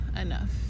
enough